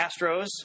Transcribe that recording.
Astros